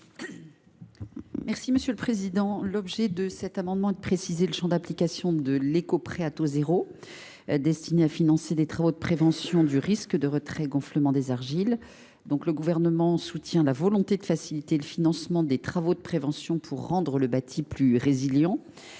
Mme la ministre déléguée. L’objet de cet amendement est de préciser le champ d’application de l’éco prêt à taux zéro (éco PTZ) destiné à financer des travaux de prévention du risque de retrait gonflement des argiles. Le Gouvernement a la volonté de faciliter le financement des travaux de prévention pour rendre le bâti plus résilient.